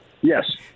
Yes